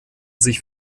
sich